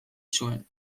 zuen